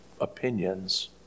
opinions